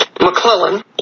McClellan